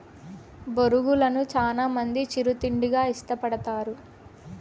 బొరుగులను చానా మంది చిరు తిండిగా ఇష్టపడతారు